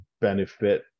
benefit